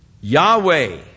Yahweh